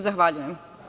Zahvaljujem.